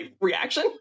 reaction